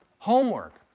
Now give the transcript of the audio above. homework.